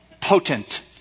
potent